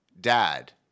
Dad